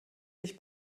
sich